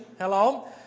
Hello